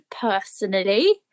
personally